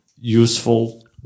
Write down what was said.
useful